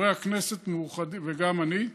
חברי הכנסת מאוחדים, וגם אני,